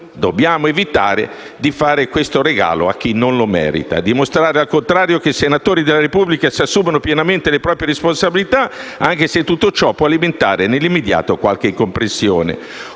Dobbiamo evitare di fare questo regalo a chi non lo merita e dobbiamo dimostrare, al contrario, che i senatori della Repubblica si assumono pienamente le proprie responsabilità, anche se tutto ciò può alimentare, nell'immediato, qualche incomprensione